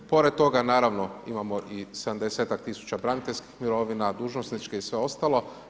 Pored toga naravno imamo i 70-ak tisuća braniteljskih mirovina, dužnosničke i sve ostalo.